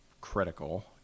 critical